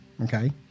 Okay